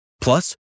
Plus